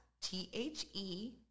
T-H-E